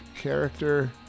character